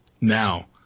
now